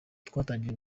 twatangiye